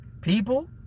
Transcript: People